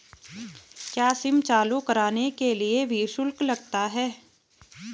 क्या सिम चालू कराने के लिए भी शुल्क लगता है?